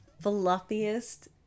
fluffiest